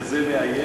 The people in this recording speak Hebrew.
אני כזה מאיים?